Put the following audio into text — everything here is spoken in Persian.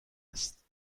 است